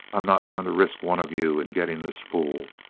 i'm not going to risk one of you in getting this fool.